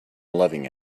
loving